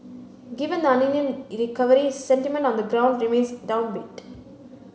given the recovery sentiment on the ground remains downbeat